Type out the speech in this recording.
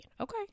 okay